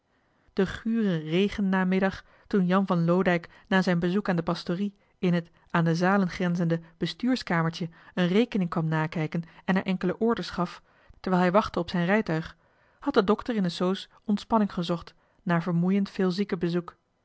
den guren regennamiddag toen jan van loodijck na zijn bezoek aan de pastorie in het aan de zalen grenzende bestuurskamertje een rekening kwam nakijken en er enkele orders gaf terwijl hij wachtte op zijn rijtuig had de dokter in de soos ontspanning gezocht na vermoeiend veel